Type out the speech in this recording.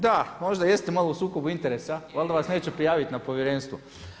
Da, možda jeste malo u sukobu interesa, valjda vas neće prijaviti na povjerenstvo.